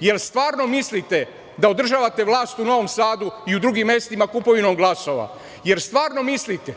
Jel stvarno mislite da održavate vlast u Novom Sadu i u drugim mestima kupovinom glasova? Jel stvarno mislite